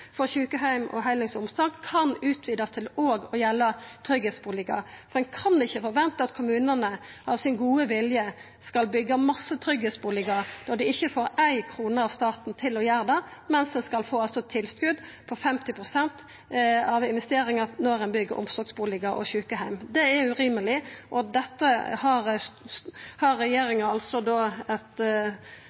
for sjukeheimar og heildøgns omsorg kan utvidast til òg å gjelda tryggleiksbustader. Ein kan ikkje forventa at kommunane av sin gode vilje skal byggja masse tryggleiksbustader når dei ikkje får éi krone av staten til å gjera det, mens ein altså skal få tilskot på 50 pst. av investeringa når ein byggjer omsorgsbustader og sjukeheimar. Det er urimeleg, og regjeringa har